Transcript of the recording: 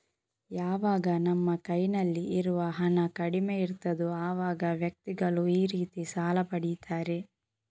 ಯಾವಾಗ ನಮ್ಮ ಕೈನಲ್ಲಿ ಇರುವ ಹಣ ಕಡಿಮೆ ಇರ್ತದೋ ಅವಾಗ ವ್ಯಕ್ತಿಗಳು ಈ ರೀತಿ ಸಾಲ ಪಡೀತಾರೆ